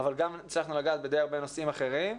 אבל הצלחנו לגעת בדי הרבה נושאים אחרים.